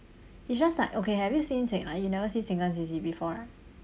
it's just like okay have you seen sengkang you never seen sengkang C_C before right